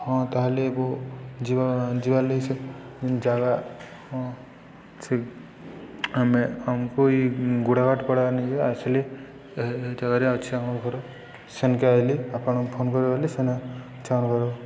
ହଁ ତାହେଲେ ଯିବାର୍ ଲାଗି ସେ ଜାଗା ହଁ ସେ ଆମେ ଆମକୁ ଇ ଗୁଡ଼ାଘାଟ ପଡ଼ା ନିକେ ଆସଲେ ହେ ଜାଗାରେ ଅଛେ ଆମର୍ ଘର ସେନ୍କେ ଆଏଲେ ଆପଣ୍ ଆମ୍କୁ ଫୋନ କର୍ବେ ବଏଲେ ସେନେ ଅଛେ ଆମର୍ ଘର୍